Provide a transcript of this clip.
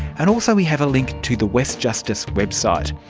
and also we have a link to the westjustice website,